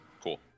Cool